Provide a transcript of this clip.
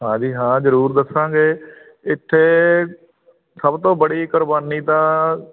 ਹਾਂਜੀ ਹਾਂ ਜ਼ਰੂਰ ਦੱਸਾਂਗੇ ਇੱਥੇ ਸਭ ਤੋਂ ਬੜੀ ਕੁਰਬਾਨੀ ਤਾਂ